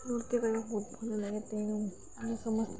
ନୃତ୍ୟ କରିବାକୁ ବହୁତ ଭଲ ଲାଗେ ତେଣୁ ଆମେ ସମସ୍ତ